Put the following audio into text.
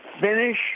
finish